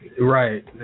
Right